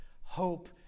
hope